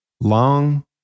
Long